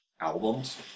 albums